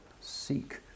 seek